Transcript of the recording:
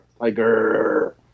Tiger